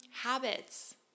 habits